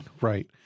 Right